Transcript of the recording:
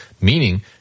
meaning